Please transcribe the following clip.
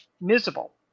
miserable